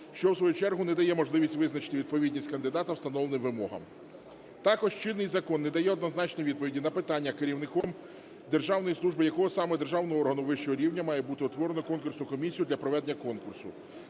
що в свою чергу не дає можливість визначити відповідність кандидата встановленим вимогам. Також чинний закон не дає однозначні відповіді на питання керівником державної служби, якого саме державного органу вищого рівня має бути утворено конкурсну комісію для проведення конкурсу.